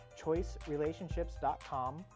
choicerelationships.com